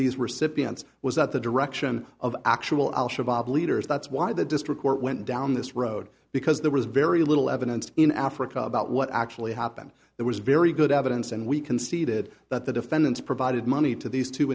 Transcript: these recipients was at the direction of actual al shabaab leaders that's why the district court went down this road because there was very little evidence in africa about what actually happened there was very good evidence and we conceded that the defendants provided money to these two